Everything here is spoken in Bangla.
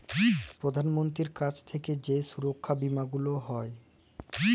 প্রধাল মন্ত্রীর কাছ থাক্যে যেই সুরক্ষা বীমা গুলা হ্যয়